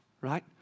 right